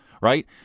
right